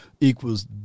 equals